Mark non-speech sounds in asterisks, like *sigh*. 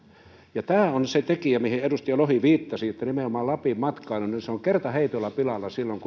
ja tämä on se tekijä mihin edustaja lohi viittasi että nimenomaan lapin matkailu on kertaheitolla pilalla silloin *unintelligible*